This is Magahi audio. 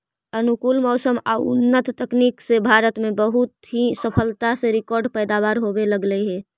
अनुकूल मौसम आउ उन्नत तकनीक से भारत में बहुत ही सफलता से रिकार्ड पैदावार होवे लगले हइ